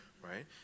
Right